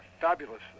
Fabulous